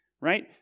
Right